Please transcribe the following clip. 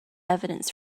evidence